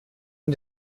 and